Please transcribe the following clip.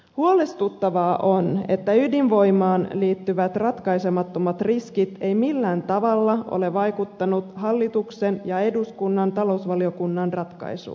huolestuttavaa on että ydinvoimaan liittyvät ratkaisemattomat riskit eivät millään tavalla ole vaikuttaneet hallituksen ja eduskunnan talousvaliokunnan ratkaisuun